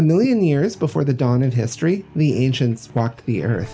a million years before the dawn of history the ancients walked the earth